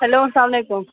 hello السلام علیکُم